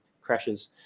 crashes